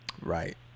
Right